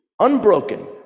unbroken